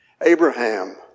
Abraham